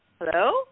Hello